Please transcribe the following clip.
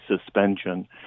suspension